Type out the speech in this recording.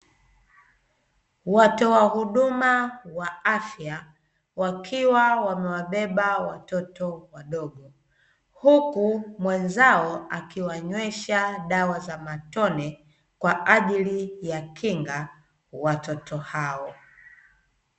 Watoa huduma wa afya wakiwa wamewabeba watoto wadogo, huku mwenzano akiwanywesha dawa za matone kwaajili ya kinga watoto hao.